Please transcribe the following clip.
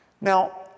Now